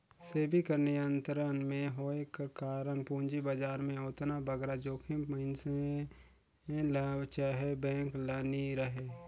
सेबी कर नियंत्रन में होए कर कारन पूंजी बजार में ओतना बगरा जोखिम मइनसे ल चहे बेंक ल नी रहें